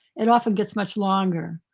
it often gets much longer.